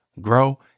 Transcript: grow